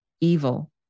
evil